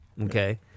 Okay